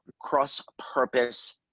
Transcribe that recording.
cross-purpose